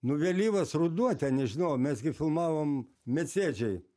nu vėlyvas ruduo ten nežinau o mes gi filmavom medsėdžiai